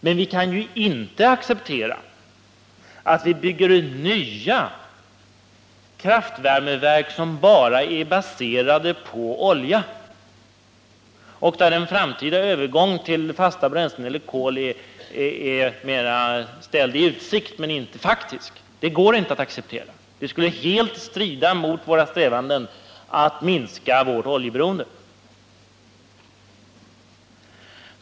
Men vi kan inte acceptera att bygga nya kraftvärmeverk som är baserade enbart på olja och där den framtida övergången till fasta bränslen eller kol är ställd i utsikt men inte faktisk. Det går inte att acceptera. Det skulle helt strida mot våra strävanden att minska vårt oljeberoende.